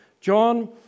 John